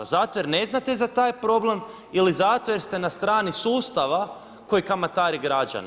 Zato jer ne znate za taj problem ili zato jer ste na strani sustava koji kamatari građane.